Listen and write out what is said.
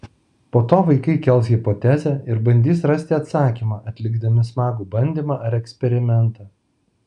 po to vaikai kels hipotezę ir bandys rasti atsakymą atlikdami smagų bandymą ar eksperimentą